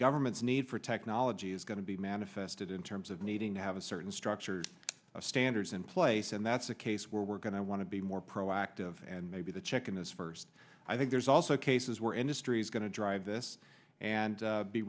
government's need for technology is going to be manifested in terms of needing to have a certain structured standards in place and that's a case where we're going to want to be more proactive and maybe the check in this first i think there's also cases where industry is going to drive this and